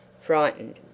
frightened